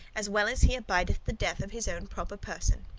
as well as he abideth the death of his own proper person